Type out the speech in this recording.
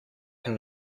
can